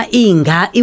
inga